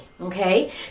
Okay